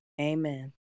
Amen